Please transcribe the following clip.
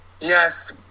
Yes